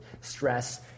stress